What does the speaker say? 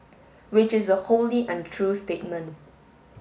which is a wholly untrue statement